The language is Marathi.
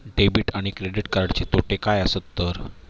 डेबिट आणि क्रेडिट कार्डचे तोटे काय आसत तर?